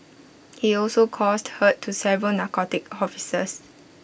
he also caused hurt to several narcotics officers